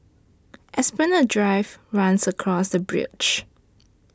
Esplanade Drive runs across the bridge